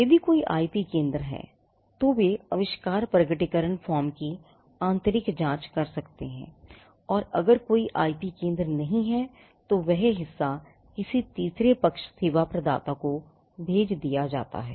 यदि कोई आईपी केंद्र हैतो वे आविष्कार प्रकटीकरण फॉर्म की आंतरिक जांच कर सकते हैं या अगर कोई आईपी केंद्र नहीं है तो वह हिस्सा किसी तीसरे पक्ष के सेवा प्रदाता को भेज दिया जाता है